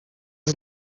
his